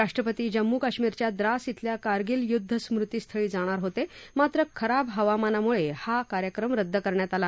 राष्ट्रपती जम्मू कश्मीरच्या द्रास अल्या कारगिल युद्ध स्मृति स्थळी जाणार होते मात्र खराब हवामानामुळे हा कार्यक्रम रद्द करण्यात आला